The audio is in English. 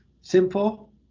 simple